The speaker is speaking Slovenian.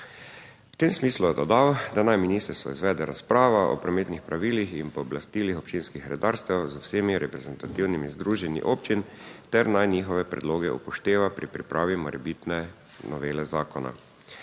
V tem smislu je dodal, da naj ministrstvo izvede razpravo o prometnih pravilih in pooblastilih občinskih redarstev z vsemi reprezentativnimi združenji občin ter naj njihove predloge upošteva pri pripravi morebitne novele zakona.